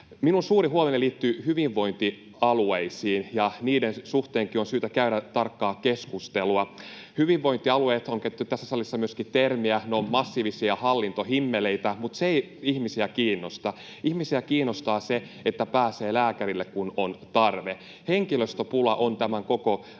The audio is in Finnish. suuri huoleni liittyy hyvinvointialueisiin. Niiden suhteenkin on syytä käydä tarkkaa keskustelua. Hyvinvointialueista on käytetty tässä salissa myöskin termiä ”ne on massiivisia hallintohimmeleitä”, mutta se ei ihmisiä kiinnosta. Ihmisiä kiinnostaa se, että pääsee lääkärille, kun on tarve. Henkilöstöpula on koko